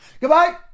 Goodbye